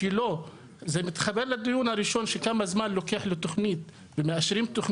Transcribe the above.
זה מתחבר לדיון הראשון על כמה זמן לוקח לתוכנית להיות מאושרת.